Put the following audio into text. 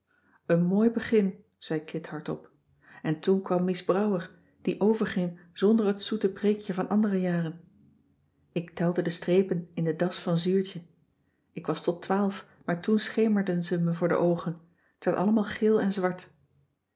een mooi begin zei kit hardop en toen kwam mies brouwer die overgingzonder het zoete preekje van andere jaren ik telde de strepen in de das van zuurtje ik was tot twaalf maar toen schemerden ze me voor de oogen t werd allemaal geel en zwart